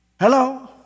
Hello